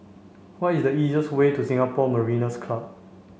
what is the easiest way to Singapore Mariners Club